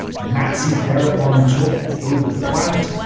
the nazis thereupon took over the plant,